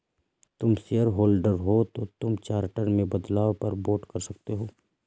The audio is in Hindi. तुम शेयरहोल्डर हो तो तुम चार्टर में बदलाव पर वोट कर सकते हो